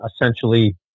essentially